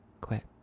quit